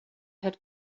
had